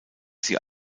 sie